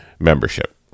membership